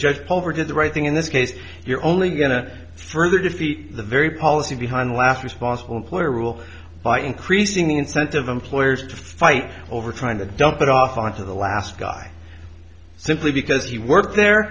over did the right thing in this case you're only going to further defeat the very policy behind last responsible employer rule by increasing the incentive employers to fight over trying to dump it off on to the last guy simply because he worked there